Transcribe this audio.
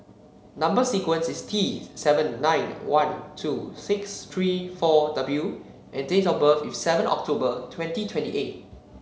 number sequence is T seven nine one two six three four W and date of birth is seven October twenty twenty eight